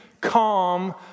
Calm